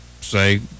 say